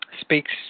speaks